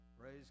Praise